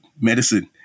medicine